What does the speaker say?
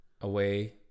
away